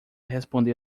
responder